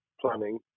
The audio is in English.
planning